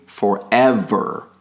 forever